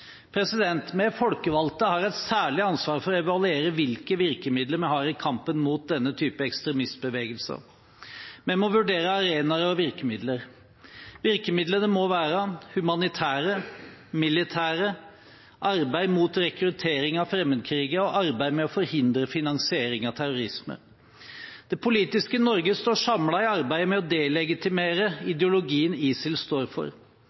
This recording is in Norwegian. Vi folkevalgte har et særlig ansvar for å evaluere hvilke virkemidler vi har i kampen mot denne typen ekstremistbevegelser. Vi må vurdere arenaer og virkemidler. Virkemidlene må være humanitære, militære, arbeid mot rekruttering av fremmedkrigere og arbeid med å forhindre finansiering av terrorisme. Det politiske Norge står samlet i arbeidet med å delegitimere ideologien ISIL står for.